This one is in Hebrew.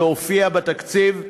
זה הופיע בתקציב,